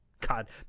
God